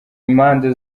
impande